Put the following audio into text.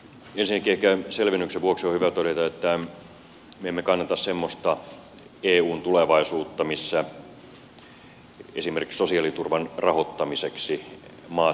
ensinnäkin ehkä selvennyksen vuoksi on hyvä todeta että me emme kannata semmoista eun tulevaisuutta missä esimerkiksi sosiaaliturvan rahoittamiseksi maat siirtäisivät varoja maasta toiseen